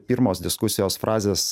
pirmos diskusijos frazės